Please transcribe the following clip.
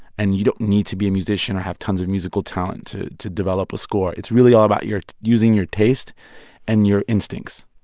and you don't need to be musician or have tons of musical talent to to develop a score. it's really all about your using your taste and your instincts